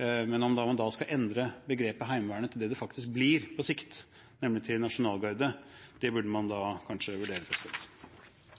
Men om man da skal endre begrepet «Heimevernet» til det det faktisk blir på sikt, nemlig en nasjonalgarde, burde man kanskje vurdere.